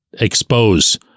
expose